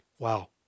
Wow